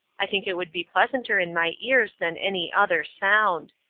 i think it would be pleasanter in my ears than any other sound.